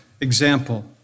example